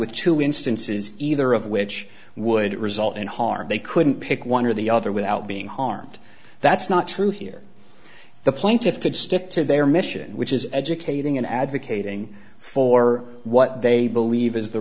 with two instances either of which would result in harm they couldn't pick one or the other without being harmed that's not true here the plaintiffs could stick to their mission which is educating and advocating for what they believe is the